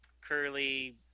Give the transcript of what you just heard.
curly